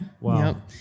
Wow